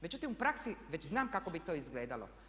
Međutim u praksi već znam kako bi to izgledalo.